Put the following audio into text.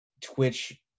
Twitch